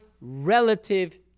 relative